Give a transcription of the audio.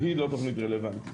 היא לא תוכנית רלוונטית.